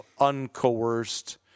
uncoerced